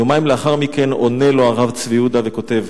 יומיים לאחר מכן עונה לו הרב צבי יהודה וכותב: